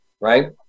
right